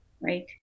right